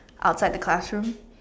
outside the classroom